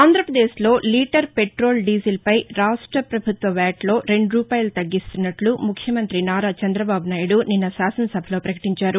ఆంధ్రపదేశ్ లో litre petrol diesel పై రాష్ట ప్రభుత్వ వ్యాట్లో రెండు రూపాయలు తగ్గిస్తున్నట్లు ముఖ్యమంతి నారా చంద్రబాబునాయుడు నిన్న శాసనసభలో పకటించారు